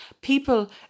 People